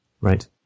right